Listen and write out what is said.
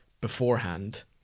beforehand